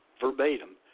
verbatim